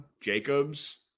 Jacobs